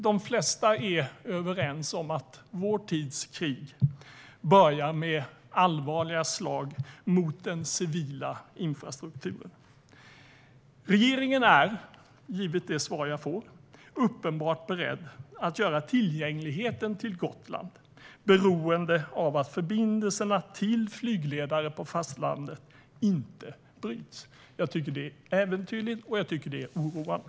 De flesta är överens om att vår tids krig börjar med allvarliga slag mot den civila infrastrukturen. Regeringen är, givet det svar jag får, uppenbart beredd att göra tillgängligheten till Gotland beroende av att förbindelserna till flygledare på fastlandet inte bryts. Jag tycker att det är äventyrligt och oroande.